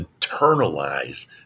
internalize